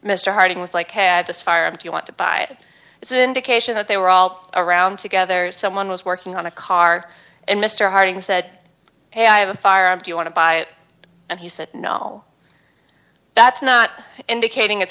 mr harding was like had this fire if you want to buy it it's an indication that they were all around together someone was working on a car and mr harding said hey i have a firearm do you want to buy it and he said no that's not indicating it's